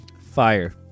Fire